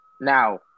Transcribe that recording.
Now